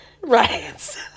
Right